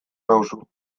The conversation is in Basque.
nauzu